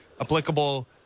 applicable